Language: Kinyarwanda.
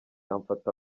amfata